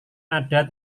ada